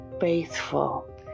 faithful